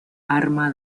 arma